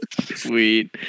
Sweet